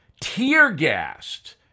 tear-gassed